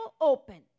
open